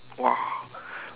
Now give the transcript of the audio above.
!wah!